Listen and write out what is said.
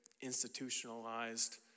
institutionalized